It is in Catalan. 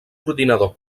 ordinador